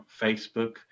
Facebook